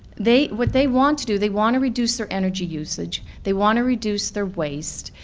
they, what they want to do, they want to reduce their energy usage, they want to reduce their waste,